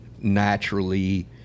naturally